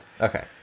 Okay